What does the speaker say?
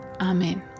Amen